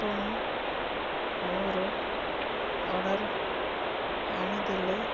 ଆପଣ ମୋର ଅର୍ଡ଼ର୍ ଆଣିଦେଲେ